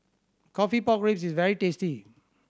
coffee pork ribs is very tasty